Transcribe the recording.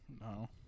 No